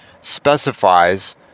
specifies